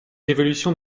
évolutions